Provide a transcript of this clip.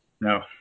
No